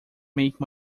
make